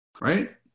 right